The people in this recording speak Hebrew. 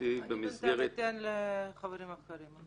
תרצי במסגרת --- אני אתן לחברים אחרים לדבר.